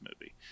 movie